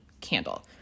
candle